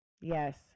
yes